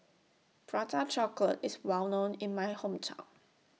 Prata Chocolate IS Well known in My Hometown